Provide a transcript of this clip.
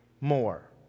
more